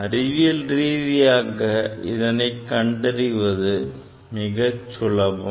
அறிவியல் ரீதியாக இதனைக் கண்டறிவது மிக சுலபம்